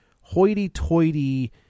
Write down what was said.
hoity-toity